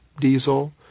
diesel